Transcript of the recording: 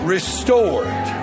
Restored